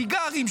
סיגרים,